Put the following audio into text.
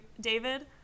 David